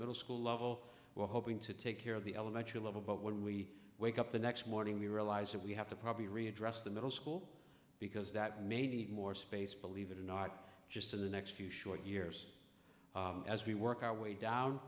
middle school level we're hoping to take care of the elementary level but when we wake up the next morning we realize that we have to probably re address the middle school because that may need more space believe it or not just in the next few short years as we work our way down